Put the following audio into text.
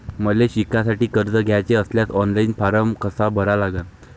मले शिकासाठी कर्ज घ्याचे असल्यास ऑनलाईन फारम कसा भरा लागन?